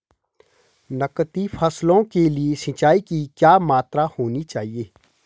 नकदी फसलों के लिए सिंचाई की क्या मात्रा होनी चाहिए?